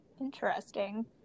interesting